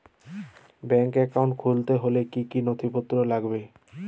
Bank account খুলতে হলে কি কি নথিপত্র লাগবে?